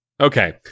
Okay